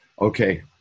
Okay